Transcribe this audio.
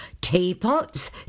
teapots